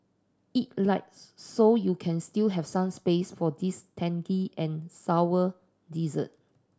eat light so you can still have some space for this tangy and sour dessert